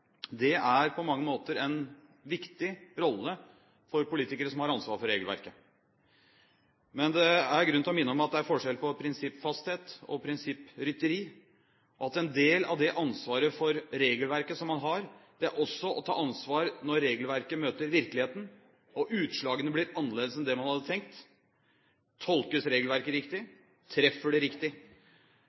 Det er på mange måter en viktig rolle for politikere som har ansvar for regelverket. Men det er grunn til å minne om at det er forskjell på prinsippfasthet og prinsipprytteri, og at en del av det ansvaret man har for regelverket, også er å ta ansvar når regelverket møter virkeligheten, og utslagene blir annerledes enn det man hadde tenkt. Tolkes regelverket riktig? Treffer det riktig?